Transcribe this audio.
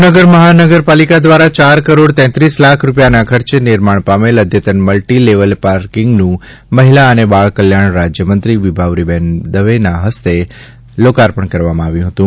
ભાવનગર મહાનગરપાલિકા દ્વારા ચાર કરોડ ત્રેત્રીસ લાખ રૂપિયાના ખર્ચે નિર્માણ પામેલ અદ્યતન મલ્ટિલેવલ પાર્કિંગનું મહિલા અને બાળ કલ્યાણ રાજ્યમંત્રી વિભાવરીબહેન દવેના હસ્તે લોકાર્પણ કરવામાં આવ્યું હતું